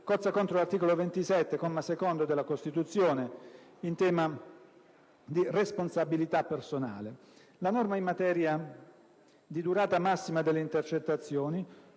cozza contro l'articolo 27, comma secondo, della Costituzione, in tema di responsabilità personale. Le norme in materia di durata massima delle intercettazioni